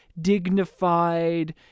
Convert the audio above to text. dignified